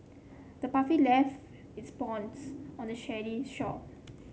the puppy left its bones on the shore